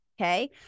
okay